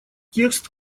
текст